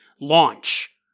launch